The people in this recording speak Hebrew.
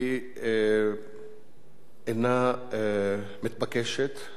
היא אינה מתבקשת,